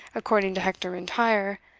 according to hector m'intyre,